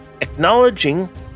Acknowledging